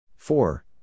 four